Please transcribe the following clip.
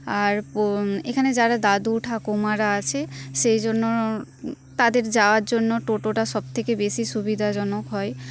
আর এখানে যারা দাদু ঠাকুমারা আছে সেই জন্য তাদের যাওয়ার জন্য টোটোটা সব থেকে বেশি সুবিধাজনক হয়